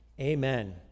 Amen